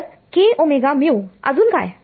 तर kωμ अजून काय